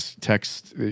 text